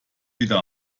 wieder